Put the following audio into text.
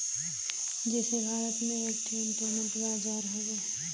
जइसे भारत में एक ठे इन्टरनेट बाजार हौ